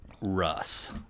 Russ